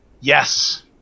yes